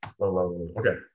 Okay